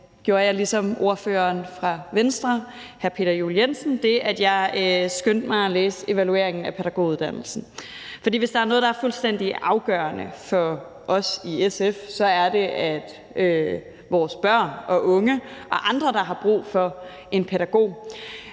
gjorde jeg ligesom ordføreren for Venstre, hr. Peter Juel-Jensen, det, at jeg skyndte mig at læse evalueringen af pædagoguddannelsen. For hvis der er noget, der er fuldstændig afgørende for os i SF, så er det, at vores børn og unge og andre, der har brug for en pædagog,